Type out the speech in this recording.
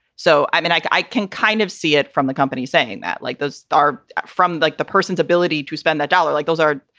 so, i mean, like i can kind of see it from the company saying that like this start from like the person's ability to spend the dollar like those are.